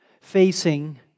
facing